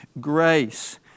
grace